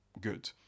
good